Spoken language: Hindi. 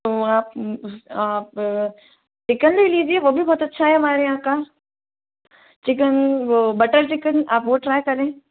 तो आप आप चिकन ले लीजिए वो भी बहुत अच्छा है हमारे यहाँ का चिकन वो बटर चिकन आप वो ट्राय करें